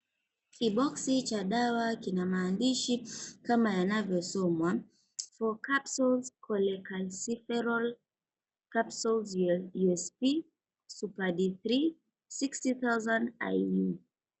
Kiboksi cha dawa kina maandishi kama yanavyosomwa, 4 capsules Cholecalcferol Capsules USP Super D3 60000 IU.